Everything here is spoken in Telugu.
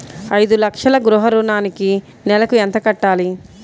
ఐదు లక్షల గృహ ఋణానికి నెలకి ఎంత కట్టాలి?